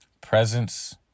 Presence